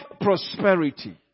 prosperity